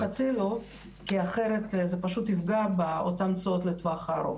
'הצילו' כי אחרת זה פשוט יפגע באותן תשואות לטווח הארוך.